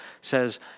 says